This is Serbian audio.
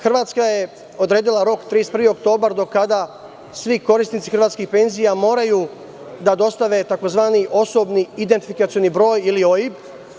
Hrvatska je odredila rok 31. oktobar do kada svi korisnici hrvatskih penzija moraju da dostave tzv. osobni identifikacioni broj ili OIB.